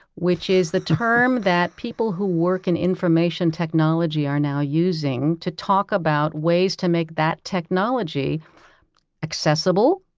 which is the term that people who work in information technology are now using to talk about ways to make that technology accessible,